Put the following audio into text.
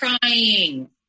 Crying